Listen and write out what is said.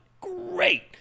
Great